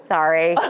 Sorry